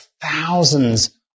thousands